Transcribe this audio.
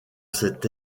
cet